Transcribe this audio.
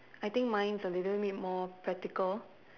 I think mine is a little bit more practical